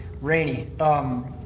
rainy